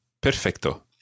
Perfecto